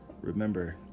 Remember